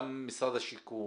גם משרד השיכון,